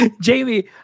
Jamie